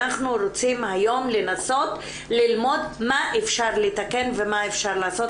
אנחנו רוצים היום לנסות ללמוד מה אפשר לתקן ומה אפשר לעשות,